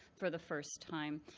for the first time.